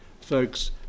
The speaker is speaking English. Folks